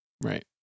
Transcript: right